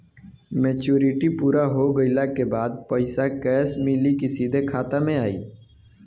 Maturity पूरा हो गइला के बाद पईसा कैश मिली की सीधे खाता में आई?